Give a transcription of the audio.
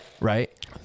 right